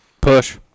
Push